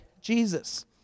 Jesus